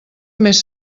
més